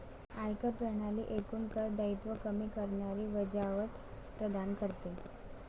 आयकर प्रणाली एकूण कर दायित्व कमी करणारी वजावट प्रदान करते